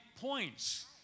points